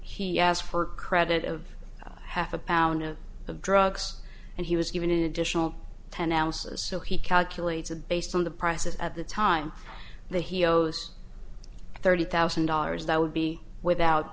he asked for credit of half a pound of drugs and he was given an additional ten ounces so he calculated based on the prices at the time that he owes thirty thousand dollars that would be without